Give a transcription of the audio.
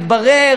מתברר